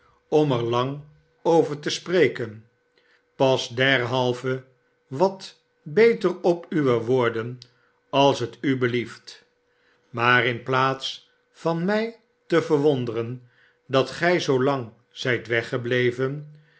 om er langer over te spreken pas derhalve wat beter op uwe woorden als het u belieft maar in plaats van mij te verwonderen dat gij zoolang zijt weggebleven